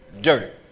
dirt